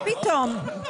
מה פתאום?